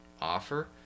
offer